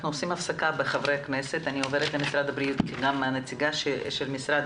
אנחנו נעבור למשרד הבריאות כי גם נציגת המשרד